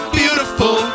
beautiful